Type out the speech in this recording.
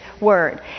word